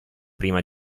prima